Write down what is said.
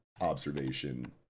observation